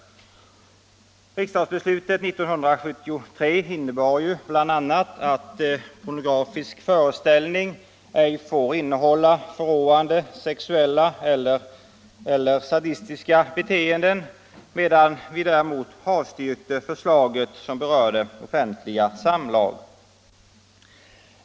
Riksdagsbeslutet år 1973 innebar bl.a. att pornografisk föreställning ej får innehålla förråande sexuella eller sadistiska beteenden. Däremot avstyrkte vi förslaget som berörde offentliga samlag.